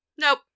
Nope